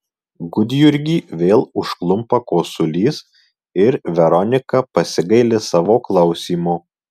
gudjurgį vėl užklumpa kosulys ir veronika pasigaili savo klausimo